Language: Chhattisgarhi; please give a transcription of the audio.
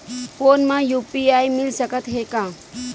फोन मा यू.पी.आई मिल सकत हे का?